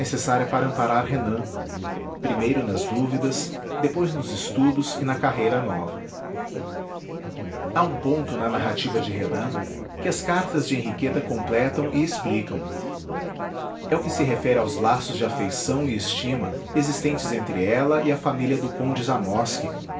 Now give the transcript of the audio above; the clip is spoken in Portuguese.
para amparar renan primeiro nas dúvidas depois nos estudos e na carreira nova há um ponto na narrativa de renan que as cartas de henriqueta completam e explicam é o que se refere aos laços de afeição e estima existentes entre ela e a família do conde zamosky